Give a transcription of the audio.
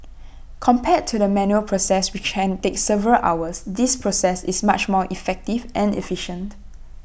compared to the manual process which can take several hours this process is much more effective and efficient